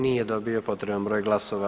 Nije dobio potreban broj glasova.